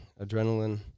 adrenaline